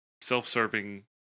self-serving